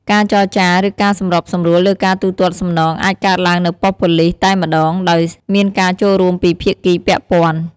ការចរចា ឬការសម្របសម្រួលលើការទូទាត់សំណងអាចកើតឡើងនៅប៉ុស្តិ៍ប៉ូលិសតែម្តង ដោយមានការចូលរួមពីភាគីពាក់ព័ន្ធ។